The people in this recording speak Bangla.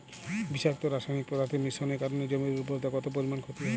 বিষাক্ত রাসায়নিক পদার্থের মিশ্রণের কারণে জমির উর্বরতা কত পরিমাণ ক্ষতি হয়?